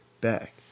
back